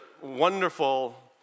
wonderful